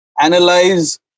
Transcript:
analyze